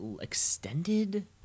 extended